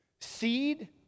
seed